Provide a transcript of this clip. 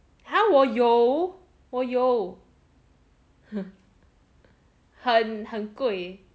!huh! 我有我有很贵